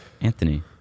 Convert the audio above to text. Anthony